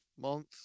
month